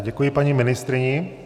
Děkuji paní ministryni.